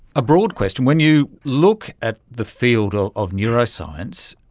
a broad question when you look at the field ah of neuroscience,